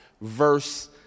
verse